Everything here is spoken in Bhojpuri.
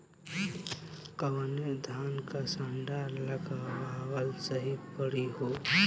कवने धान क संन्डा लगावल सही परी हो?